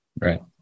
Right